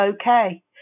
okay